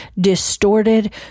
distorted